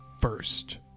first